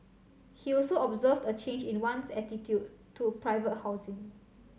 he also observed a change in one's attitude to private housing